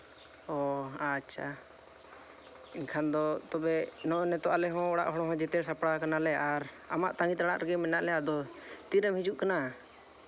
ᱚᱻ ᱟᱪᱪᱷᱟ ᱮᱱᱠᱷᱟᱱ ᱫᱚ ᱛᱚᱵᱮ ᱱᱚᱜᱼᱚᱸᱭ ᱱᱤᱛᱳᱜ ᱟᱞᱮ ᱦᱚᱸ ᱚᱲᱟᱜ ᱦᱚᱲ ᱦᱚᱸ ᱡᱮᱛᱮ ᱥᱟᱯᱲᱟᱣ ᱠᱟᱱᱟᱞᱮ ᱟᱨ ᱟᱢᱟᱜ ᱛᱟᱹᱜᱤ ᱛᱟᱲᱟᱜ ᱨᱮ ᱢᱮᱱᱟᱜ ᱞᱮᱭᱟ ᱟᱫᱚ ᱛᱤᱨᱮᱢ ᱦᱤᱡᱩᱜ ᱠᱟᱱᱟ